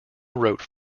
wrote